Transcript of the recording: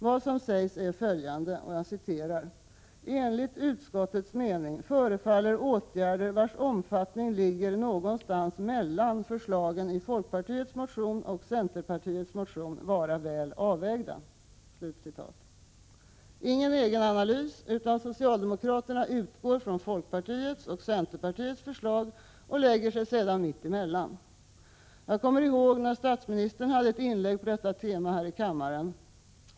Vad som sägs är följande: ”Enligt utskottets mening förefaller åtgärder vars omfattning ligger någonstans mellan förslagen i motion Fi320 och i Fi308 -—-—- vara väl avvägda.” Socialdemokraterna gör ingen egen analys utan utgår från folkpartiets och centerpartiets förslag och lägger sig sedan mittemellan. Jag kommer ihåg när statsministern hade ett inlägg på detta tema här i kammaren.